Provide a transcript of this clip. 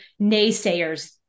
naysayers